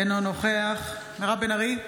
אינו נוכח מירב בן ארי,